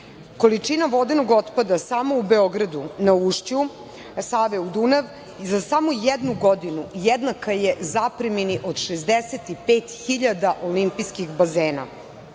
Dunav. Količina vodenog otpada samo u Beogradu, na ušću Save u Dunav, za samo jednu godinu jednaka je zapremini od 65 hiljada olimpijskih bazena.